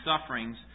sufferings